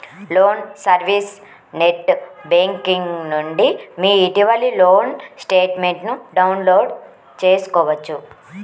loan service net banking నుండి మీ ఇటీవలి లోన్ స్టేట్మెంట్ను డౌన్లోడ్ చేసుకోవచ్చు